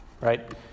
Right